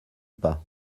pas